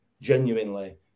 genuinely